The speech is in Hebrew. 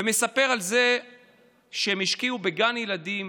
וסיפר על זה שהם השקיעו בגן ילדים